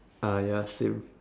ah ya same